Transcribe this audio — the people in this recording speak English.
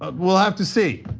ah we'll have to see.